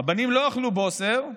הבנים לא אכלו בוסר,